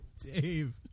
Dave